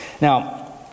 Now